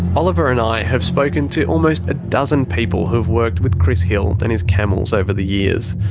oliver and i have spoken to almost a dozen people who've worked with chris hill and his camels over the years.